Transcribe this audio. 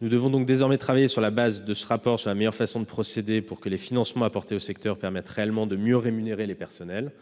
Nous devrons désormais travailler sur la base du rapport à la meilleure façon de procéder pour que les financements apportés au secteur permettent réellement de mieux rémunérer les personnels